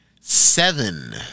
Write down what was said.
seven